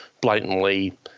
blatantly